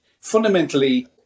fundamentally